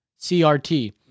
CRT